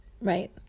Right